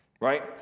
Right